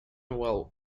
while